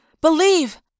believe